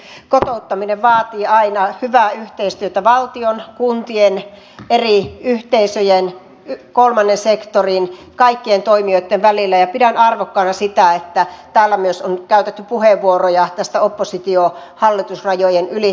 ensinnäkin totean että onnistunut kotouttaminen vaatii aina hyvää yhteistyötä valtion kuntien eri yhteisöjen kolmannen sektorin kaikkien toimijoitten välillä ja pidän arvokkaana sitä että täällä on myös käytetty puheenvuoroja oppositiohallitusrajojen ylittävästä yhteistyöstä